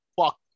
Fuck